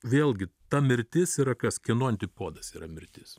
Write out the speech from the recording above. vėlgi ta mirtis yra kažkieno antipodas yra mirtis